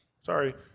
Sorry